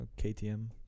KTM